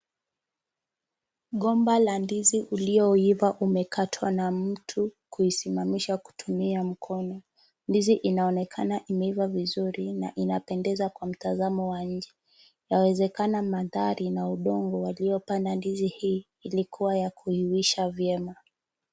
Gomba la ndizi ulioiva umekatwa na mtu kuisimamisha kutumia mkono. Ndizi inaonekana imeiva vizuri na inapendeza kwa mtazamo wa nje. Yawezekana mandhari na udongo waliopanda ndizi hii ilikuwa ya kuivisha vyema.